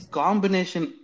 combination